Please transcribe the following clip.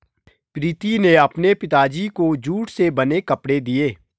प्रीति ने अपने पिताजी को जूट से बने कपड़े दिए